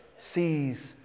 Sees